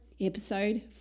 episode